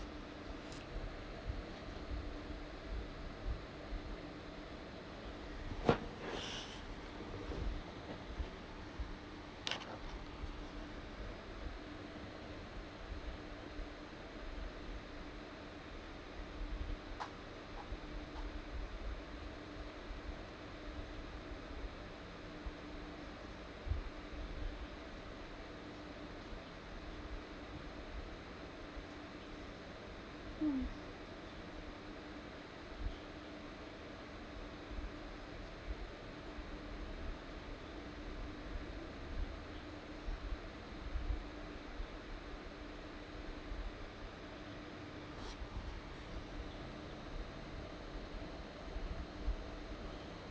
mm